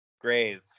grave